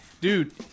Dude